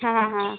हाँ हाँ